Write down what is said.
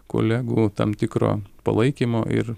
kolegų tam tikro palaikymo ir